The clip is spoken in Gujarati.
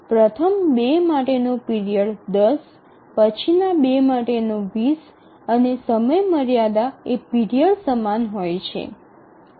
પ્રથમ બે માટેનો પિરિયડ ૧0 પછીના બે માટેનો ૨0 અને સમયમર્યાદા એ પિરિયડ સમાન હોય છે